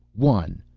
one.